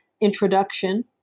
introduction